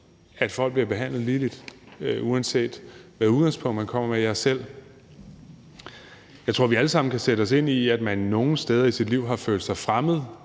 at folk bliver behandlet lige, uanset hvilket udgangspunkt de kommer med. Jeg tror, vi alle sammen kan sætte os ind i, at man nogle steder i sit liv har følt sig fremmed